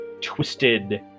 twisted